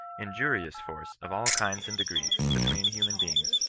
injurioits force of all kinds and degrees, between human beings,